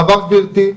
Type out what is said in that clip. בעבר גבירתי,